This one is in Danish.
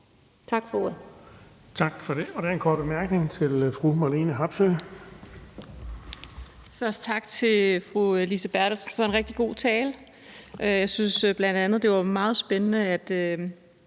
Tak for det.